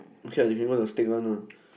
okay if you go to steak one ah